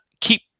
keep